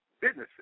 businesses